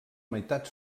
meitat